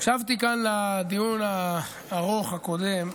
הקשבתי כאן לדיון הארוך הקודם.